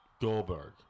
Goldberg